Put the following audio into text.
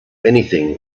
anything